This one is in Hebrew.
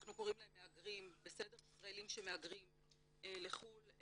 אנחנו קוראים להם ישראלים שמהגרים לחו"ל,